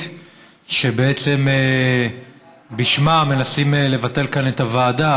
שבעצם בשמה מנסים לבטל כאן את הוועדה,